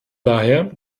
daher